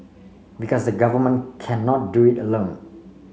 because government cannot do it alone